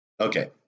Okay